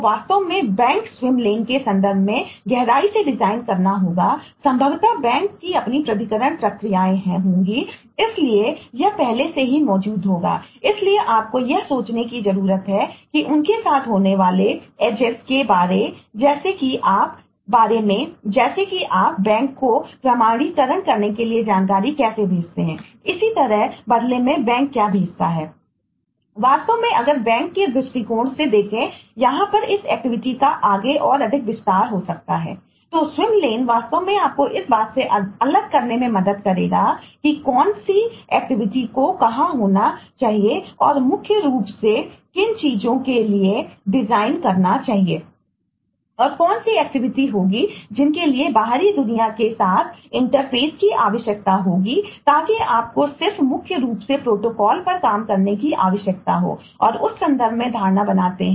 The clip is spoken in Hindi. वास्तव में आप अगर बैंक के दृष्टिकोण से देखें यहां पर इस एक्टिविटीके साथ काम करते हैं